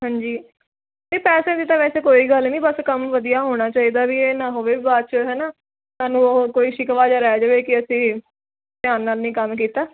ਹਾਂਜੀ ਅਤੇ ਪੈਸੇ ਦੀ ਤਾਂ ਵੈਸੇ ਕੋਈ ਗੱਲ ਨਹੀਂ ਬਸ ਕੰਮ ਵਧੀਆ ਹੋਣਾ ਚਾਹੀਦਾ ਵੀ ਇਹ ਨਾ ਹੋਵੇ ਬਾਅਦ 'ਚ ਹੈ ਨਾ ਸਾਨੂੰ ਉਹ ਕੋਈ ਸ਼ਿਕਵਾ ਜਿਹਾ ਰਹਿ ਜਾਵੇ ਕਿ ਅਸੀਂ ਧਿਆਨ ਨਾਲ ਨਹੀਂ ਕੰਮ ਕੀਤਾ